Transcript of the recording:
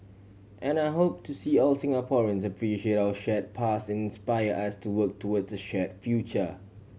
and I hope to see all Singaporeans appreciate our shared past and inspire us to work towards a shared future